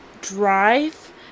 Drive